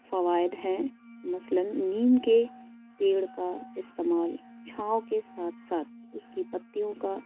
فوائد ہیں مثلاً نیم کے پیڑ کا استعمال چھاؤں کے ساتھ ساتھ اس کی پتیوں کا